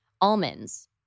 almonds